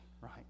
right